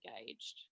engaged